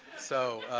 so